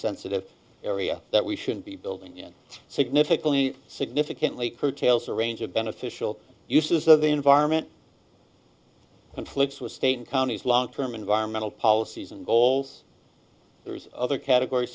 sensitive area that we should be building in significantly significantly curtails a range of beneficial uses of the environment conflicts with state and counties long term environmental policies and goals there's other categories